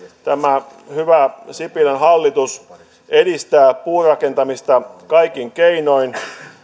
tämä hyvä sipilän hallitus edistää puurakentamista kaikin keinoin